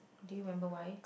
do you remember why